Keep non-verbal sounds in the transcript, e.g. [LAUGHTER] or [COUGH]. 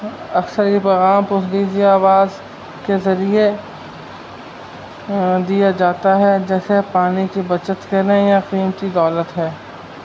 اکثر یہ پیغام [UNINTELLIGIBLE] آواز کے ذریعے دیا جاتا ہے جیسے پانی کی بچت [UNINTELLIGIBLE] قیمتی دولت ہے